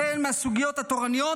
החל מהסוגיות התורניות